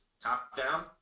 top-down